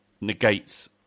negates